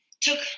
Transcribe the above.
took